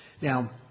Now